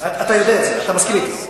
אתה יודע את זה, אתה מסכים אתי.